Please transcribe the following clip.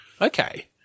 Okay